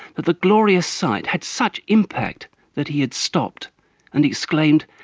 that the glorious sight had such impact that he had stopped and exclaimed,